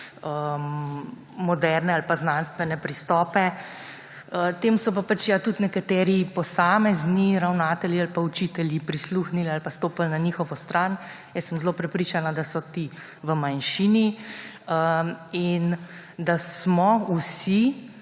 moderne ali znanstvene pristope, tem so pa tudi nekateri posamezni ravnatelji ali učitelji prisluhnili ali stopili na njihovo stran. Jaz sem zelo prepričana, da so ti v manjšini in da smo vsi